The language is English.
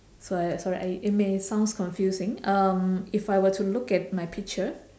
so I sorry I it may sounds confusing um if I were to look at my picture